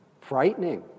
frightening